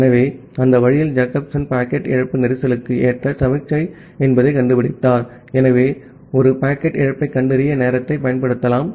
ஆகவே அந்த வழியில் ஜேக்கப்சன் பாக்கெட் இழப்பு நெரிசலுக்கு ஏற்ற சமிக்ஞை என்பதைக் கண்டுபிடித்தார் ஆகவே நீங்கள் ஒரு பாக்கெட் இழப்பைக் கண்டறிய நேரத்தை பயன்படுத்தலாம்